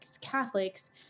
Catholics